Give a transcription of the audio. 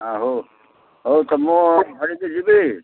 ଆ ହଉ ହଉ ତ ମୁଁ ଯିବି